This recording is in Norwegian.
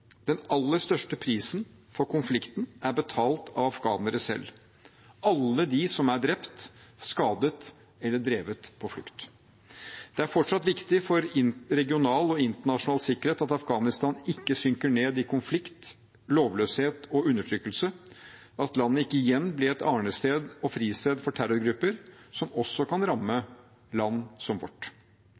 Den aller største prisen for konflikten er betalt av afghanere selv – alle de som er drept, skadet eller drevet på flukt. Det er fortsatt viktig for regional og internasjonal sikkerhet at Afghanistan ikke synker ned i konflikt, lovløshet og undertrykkelse, at landet ikke igjen blir et arnested og fristed for terrorgrupper som også kan ramme land som vårt.